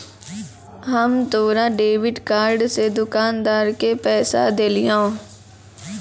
हम तोरा debit card से दुकानदार के पैसा देलिहों